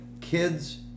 kids